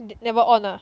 never on ah